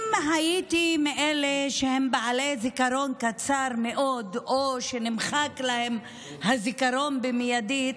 אם הייתי מאלה שהם בעלי זיכרון קצר מאוד או שנמחק להם הזיכרון במיידית,